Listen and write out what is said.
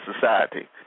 society